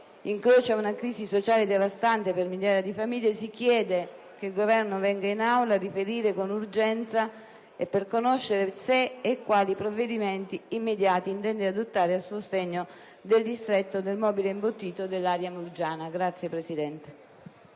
incrocia una crisi sociale devastante per migliaia di famiglie, si chiede che il Governo venga in Aula a riferire con urgenza, per conoscere se e quali provvedimenti immediati intende adottare a sostegno del distretto del mobile imbottito dell'area murgiana.